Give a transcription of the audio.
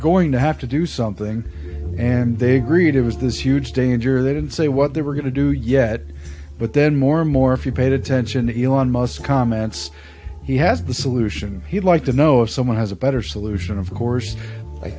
going to have to do something and they agreed it was this huge danger they didn't say what they were going to do yet but then more and more if you paid attention in one must comments he has the solution he'd like to know if someone has a better solution of course i